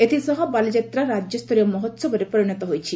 ଏଥି ସହ ବାଲିଯାତ୍ରା ରାଜ୍ୟସ୍ତରୀୟ ମହୋସବରେ ପରିଶତ ହୋଇଛି